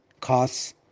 costs